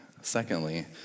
secondly